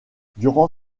durant